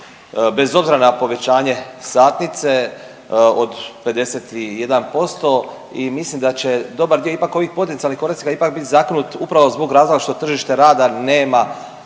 bez obzira na povećanje satnice od 51% i mislim da će dobar dio ipak ovih potencijalnih korisnika ipak bit zakinut upravo zbog razloga što tržište rada nema